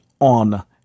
on